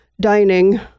dining